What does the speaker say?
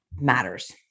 matters